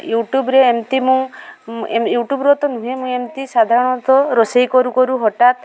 ୟୁଟ୍ୟୁବ୍ରେ ଏମିତି ମୁଁ ୟୁଟ୍ୟୁବ୍ର ତ ନୁହେଁ ମୁଁ ଏମିତି ସାଧାରଣତଃ ରୋଷେଇ କରୁ କରୁ ହଠାତ୍